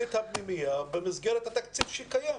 את הפנימייה במסגרת התקציב שקיים.